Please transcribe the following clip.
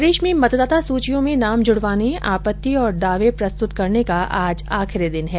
प्रदेश में मतदाता सूचियों में नाम जुड़वाने आपत्ति और दावे प्रस्तुत करने का आज आखिरी दिन है